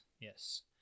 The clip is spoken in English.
yes